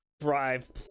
drive